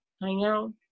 hangout